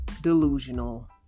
delusional